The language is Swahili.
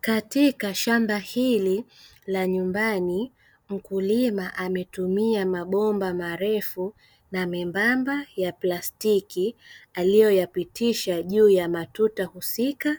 Katika shamba hili la nyumbani, mkulima ametumia mabomba marefu na membamba ya plastiki, aliyo yapitisha juu ya matuta husika